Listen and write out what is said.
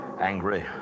Angry